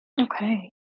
Okay